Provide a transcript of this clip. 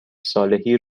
صالحی